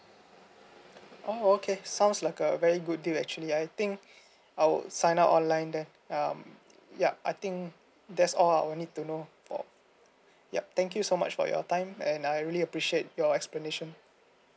oh okay sounds like a very good deal actually I think I would sign up online then um ya I think that's all I would need to know or yup thank you so much for your time and I really appreciate your explanation